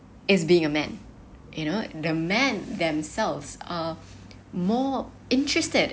is being a man you know the men themselves uh more interested